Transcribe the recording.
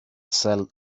sell